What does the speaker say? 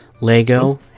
Lego